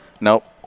nope